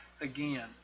again